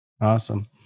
Awesome